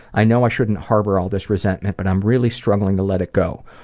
i know i shouldn't harbor all this resentment, but i'm really struggling to let it go.